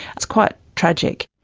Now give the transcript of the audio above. it's quite tragic.